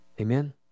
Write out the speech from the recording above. Amen